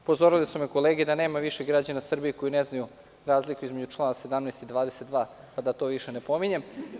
Upozorile su me kolege da nema više građana Srbije koji više ne znaju razliku između člana 17. i 22, pa da to više ne pominjem.